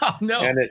No